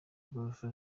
igorofa